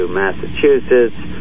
massachusetts